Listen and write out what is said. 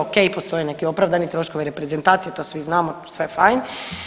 O.k. postoje neki opravdani troškovi reprezentacije to svi znamo, sve fajn.